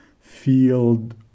field